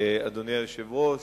אדוני היושב-ראש,